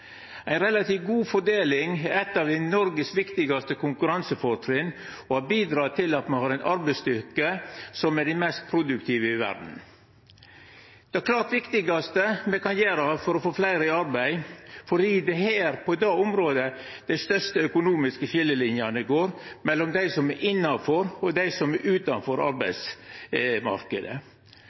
relativt god fordeling er eit av Noregs viktigaste konkurransefortrinn og har bidrege til at ein har ein arbeidsstyrke som er den mest produktive i verda. Det er klart det viktigaste me kan gjere for å få fleire i arbeid, for det er på dette området dei største økonomiske skiljelinene går, mellom dei som er innanfor, og dei som er utanfor